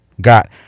got